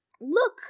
Look